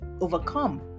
overcome